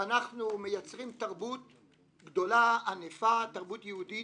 ואנחנו מייצרים תרבות גדולה, ענפה, יהודית.